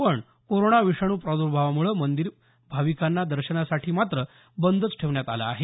पण कोरोना विषाणू प्राद्र्भावामुळे मंदिर भाविकांना दर्शनासाठी मात्र बंदच ठेवण्यात आलं आहे